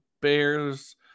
bears